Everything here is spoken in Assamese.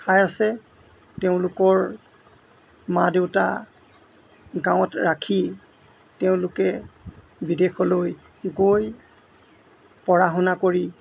খাই আছে তেওঁলোকৰ মা দেউতা গাঁৱত ৰাখি তেওঁলোকে বিদেশলৈ গৈ পঢ়া শুনা কৰি